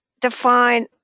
define